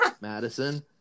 madison